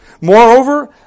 Moreover